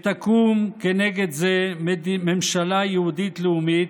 ותקום כנגד זה ממשלה יהודית לאומית,